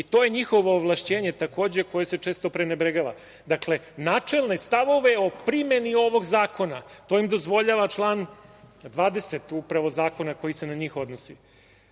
i to je njihovo ovlašćenje takođe, koje se često prenebregava. Dakle, načelne stavove o primeni ovog zakona, to im dozvoljava član 20. upravo zakona koji se na njih odnosi.